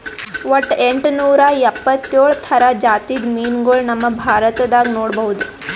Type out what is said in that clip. ವಟ್ಟ್ ಎಂಟನೂರಾ ಎಪ್ಪತ್ತೋಳ್ ಥರ ಜಾತಿದ್ ಮೀನ್ಗೊಳ್ ನಮ್ ಭಾರತದಾಗ್ ನೋಡ್ಬಹುದ್